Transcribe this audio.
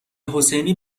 حسینی